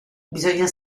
bisogna